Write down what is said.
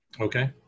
Okay